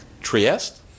Trieste